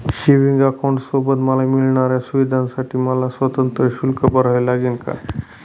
Savings अकाउंटसोबत मला मिळणाऱ्या सुविधांसाठी मला स्वतंत्र शुल्क भरावे लागेल का?